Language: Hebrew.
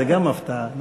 זו גם הפתעה, נו.